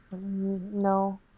No